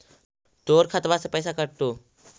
तोर खतबा से पैसा कटतो?